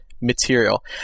material